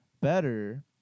better